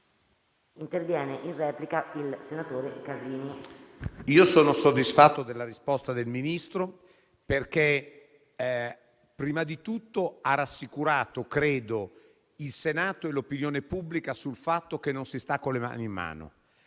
ritengo soddisfatto della risposta del Ministro perché prima di tutto ha rassicurato - credo - il Senato e l'opinione pubblica sul fatto che non si sta con le mani in mano.